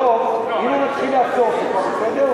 דב, אם הוא מתחיל לאסוף זה בסדר?